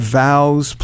vows